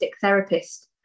therapist